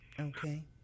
okay